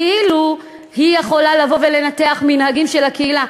כאילו שהיא יכולה לבוא ולנתח מנהגים של הקהילה.